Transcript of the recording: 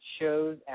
shows